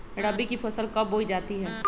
रबी की फसल कब बोई जाती है?